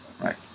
Right